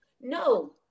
No